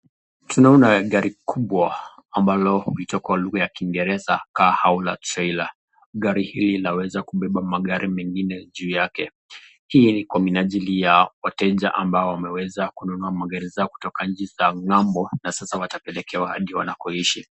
Tunaona gari kubwa ambalo huitwa kwa lugha ya Kiingereza Car Hauler Trailer. Gari hii linaweza kubeba magari mengine juu yake. Hii ni kwa minajili ya wateja ambao wameweza kununua magari zao kutoka nchi za ng'ambo na sasa watapelekewa hadi wanakoishi.